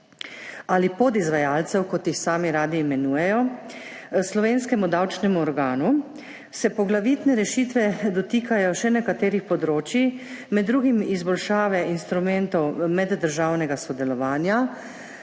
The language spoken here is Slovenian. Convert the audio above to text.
ali podizvajalcev, kot jih sami radi imenujejo, slovenskemu davčnemu organu, se poglavitne rešitve dotikajo še nekaterih področij, med drugim izboljšave instrumentov meddržavnega sodelovanja,